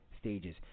stages